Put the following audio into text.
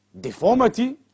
deformity